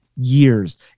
years